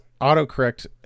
autocorrect